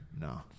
No